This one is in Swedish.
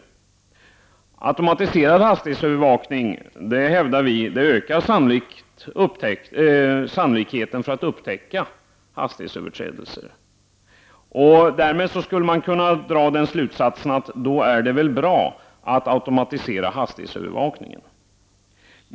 Vi hävdar att automatiserad hastighetsövervakning ökar sannolikheten för att upptäcka hastighetsöverträdelser. Därav skulle man kunna dra den slutsatsen att det är bra att automatisera hastighetsövervakningen.